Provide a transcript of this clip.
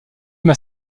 même